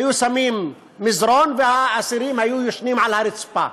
היו שמים מזרן והאסירים היו ישנים על הרצפה,